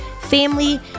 family